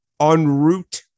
unroot